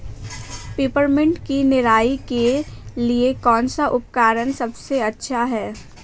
Peppermint की निराई के लिए कौन सा उपकरण सबसे अच्छा है?